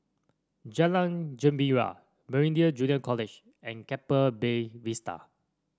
Jalan Gembira Meridian Junior College and Keppel Bay Vista